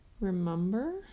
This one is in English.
remember